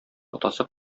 атасы